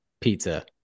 pizza